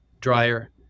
dryer